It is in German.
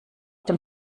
dem